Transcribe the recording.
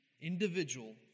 individual